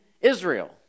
Israel